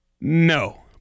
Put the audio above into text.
No